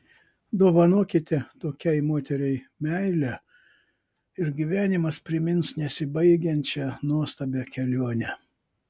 dovanokite tokiai moteriai meilę ir gyvenimas primins nesibaigiančią nuostabią kelionę